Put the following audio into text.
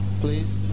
please